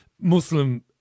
Muslim